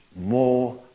more